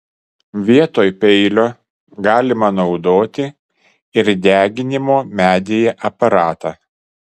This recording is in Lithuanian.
vietoj peilio galima naudoti ir deginimo medyje aparatą